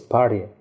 Party